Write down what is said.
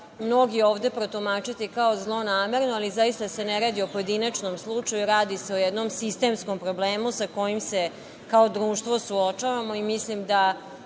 mnogi ovde protumačiti kao zlonamerno, ali zaista se ne radi o pojedinačnom slučaju. Radi se o jednom sistemskom problemu sa kojim se kao društvo suočavamo. Mislim da